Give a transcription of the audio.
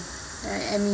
I mean